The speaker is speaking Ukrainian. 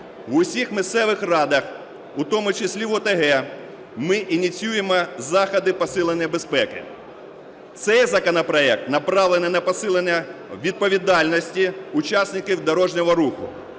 В усіх місцевих радах, у тому числі в ОТГ ми ініціюємо заходи посилення безпеки. Цей законопроект направлений на посилення відповідальності учасників дорожнього руху